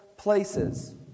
Places